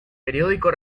periódico